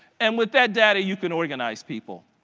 and with that data, you can organize people.